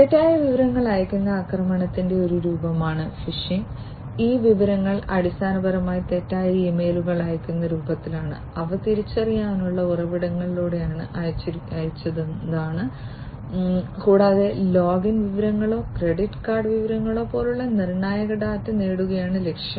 തെറ്റായ വിവരങ്ങൾ അയയ്ക്കുന്ന ആക്രമണത്തിന്റെ ഒരു രൂപമാണ് ഫിഷിംഗ് ഈ വിവരങ്ങൾ അടിസ്ഥാനപരമായി തെറ്റായ ഇമെയിലുകൾ അയയ്ക്കുന്ന രൂപത്തിലാണ് അവ തിരിച്ചറിയാവുന്ന ഉറവിടങ്ങളിലൂടെ അയച്ചതാണ് കൂടാതെ ലോഗിൻ വിവരങ്ങളോ ക്രെഡിറ്റ് കാർഡ് വിവരങ്ങളോ പോലുള്ള നിർണായക ഡാറ്റ നേടുകയാണ് ലക്ഷ്യം